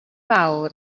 fawr